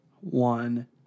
one